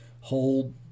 hold